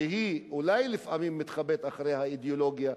שאולי לפעמים מתחבאת מאחורי האידיאולוגיה,